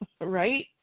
right